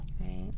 Right